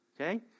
okay